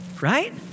right